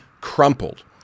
crumpled